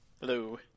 Hello